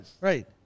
Right